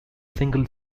single